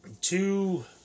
two